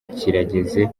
kirageze